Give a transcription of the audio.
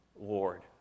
Lord